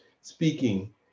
speaking